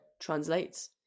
translates